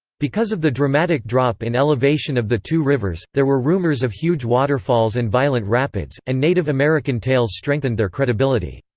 because of the dramatic drop in elevation of the two rivers, there were rumors of huge waterfalls and violent rapids, and native american tales strengthened their credibility.